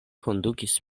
kondukis